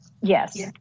Yes